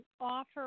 offer